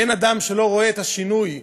אין אדם שלא רואה את השינוי המבורך,